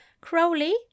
Crowley